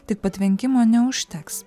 tik patvenkimo neužteks